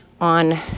on